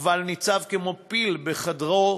אבל ניצב כמו פיל בחדר הוא